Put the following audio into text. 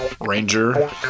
ranger